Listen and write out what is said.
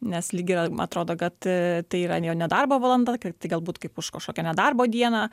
nes lyg ir atrodo kad tai yra jo ne darbo valanda kad tai galbūt kaip už kažkokią nedarbo dieną